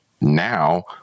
now